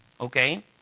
okay